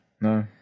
No